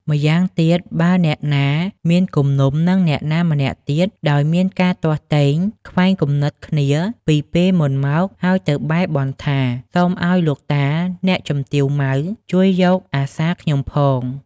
ម៉្យាងទៀតបើអ្នកណា មានគំនុំនឹងអ្នកណាម្នាក់ទៀត ដោយមានការទាស់ទែងទែងខ្វែងគំនិតគ្នាពីពេលមុនមក ហើយទៅបែរបន់ថា សុំឲ្យលោកអ្នកតាជំទាវ ម៉ៅ ជួយយកអាសាខ្ញុំផង